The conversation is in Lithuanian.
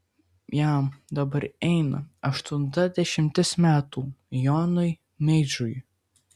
jam dabar eina aštunta dešimtis metų jonui meižiui